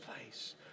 place